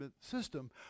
system